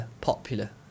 popular